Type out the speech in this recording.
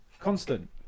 Constant